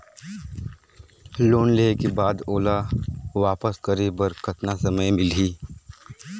Loan लेहे के बाद ओला वापस करे बर कतना समय मिलही?